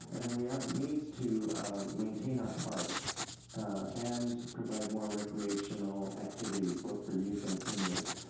and then we have needs to maintain our parks and provide more recreational activities both for youth and seniors.